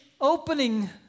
opening